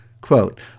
quote